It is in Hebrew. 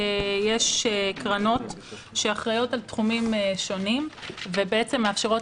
יש קרנות שאחראיות על תחומים שונים ובעצם מאפשרות